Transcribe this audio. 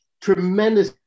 tremendous